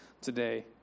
today